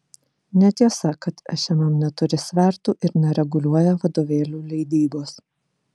netiesa kad šmm neturi svertų ir nereguliuoja vadovėlių leidybos